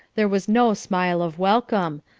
there was no smile of welcome,